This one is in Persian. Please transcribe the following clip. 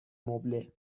مبله